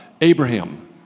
Abraham